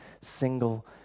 single